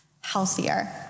healthier